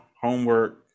homework